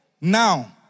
Now